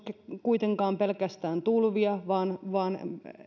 kuitenkaan pelkästään tulvia vaan vaan myös